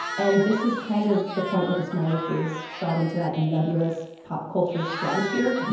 and this is kind of the point where the smiley face shot into that nebulous pop culture stratosphere.